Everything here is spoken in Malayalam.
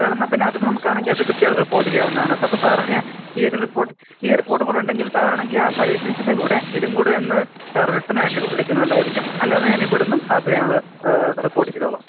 സാർ എന്നാല്പ്പിന്നെ അത് നമുക്കാണെങ്കില് അത് കൃത്യം റിപ്പോർട്ട് ചെയ്യാവുന്നാണ് സാറിന് ഈ റിപ്പോർട്ട് ഈ റിപ്പോർട്ടുംകൂടെ ഉണ്ടെങ്കിൽ സാറാണെങ്കില് ആ സജഷൻസിൻ്റെ കൂടെ ഇതും കൂടെ ഒന്ന് സാർ റിട്ടണായിട്ട് എടുക്കുന്നത് നല്ലതായിരിക്കും അല്ലാതെ ഞാൻ ഇവിടെനിന്നും അതു ഞങ്ങള് റിപ്പോർട്ട് ചെയ്തോളാം